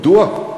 מדוע?